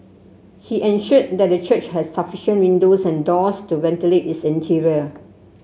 he ensured that the church had sufficient windows and doors to ventilate its interior